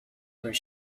were